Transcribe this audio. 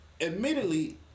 admittedly